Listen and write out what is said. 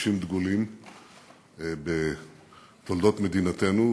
אישים דגולים בתולדות מדינתו,